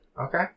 Okay